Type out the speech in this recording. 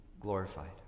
glorified